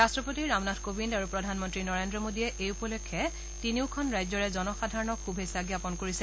ৰট্টপতি ৰামনাথ কোবিন্দ আৰু প্ৰধানমন্ত্ৰী নৰেন্দ্ৰ মোদীয়ে এই উপলক্ষে তিনিওখন ৰাজ্যৰে জনসাধাৰণক শুভেছ্ জ্ঞাপন কৰিছে